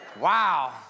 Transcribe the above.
Wow